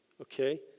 Okay